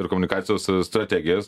ir komunikacijos strategijas